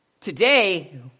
Today